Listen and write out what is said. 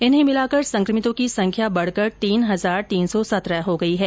इन्हें मिलाकर संकमितों की संख्या बढ़कर तीन हज़ार तीन सौ सत्रह हो गई है